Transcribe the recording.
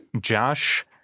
Josh